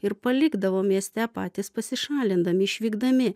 ir palikdavo mieste patys pasišalindami išvykdami